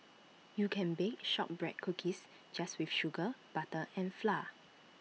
you can bake Shortbread Cookies just with sugar butter and flour